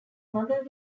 mother